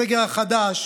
הסגר החדש,